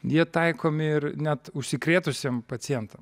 jie taikomi ir net užsikrėtusiem pacientam